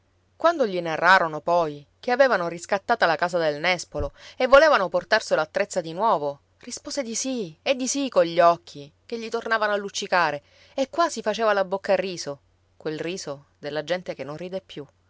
quando gli narrarono poi che avevano riscattata la casa del nespolo e volevano portarselo a trezza di nuovo rispose di sì e di sì cogli occhi che gli tornavano a luccicare e quasi faceva la bocca a riso quel riso della gente che non ride più